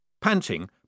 Panting